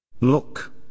Look